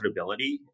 profitability